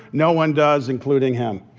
no one does, including him.